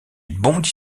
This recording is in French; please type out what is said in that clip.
bondit